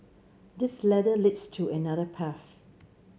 this ladder leads to another path